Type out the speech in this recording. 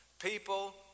People